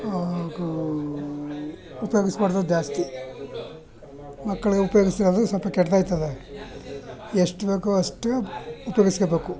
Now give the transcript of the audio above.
ಅವರು ಉಪಯೋಗಿಸಬಾರ್ದು ಜಾಸ್ತಿ ಮಕ್ಕಳುಗಳು ಉಪಯೋಗಿಸಿದ್ರು ಅಂದರೆ ಸ್ವಲ್ಪ ಕೆಟ್ಟದಾಗ್ತದೆ ಎಷ್ಟು ಬೇಕೋ ಅಷ್ಟೇ ಉಪಯೋಗಿಸ್ಕೊಳ್ಬೇಕು